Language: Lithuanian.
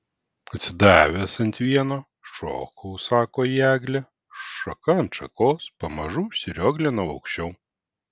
atsidavęs ant vieno šokau sako į eglę šaka nuo šakos pamažu užsirioglinau aukščiau